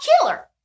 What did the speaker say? killer